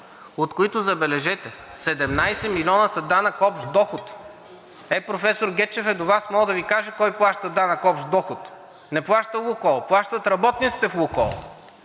от които, забележете, 17 милиона за данък общ доход. Ето, професор Гечев е до Вас и може да Ви каже кой плаща данък общ доход. Не плаща „Лукойл“, а плащат работниците в „Лукойл“,